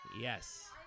Yes